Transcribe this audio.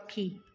पख़ी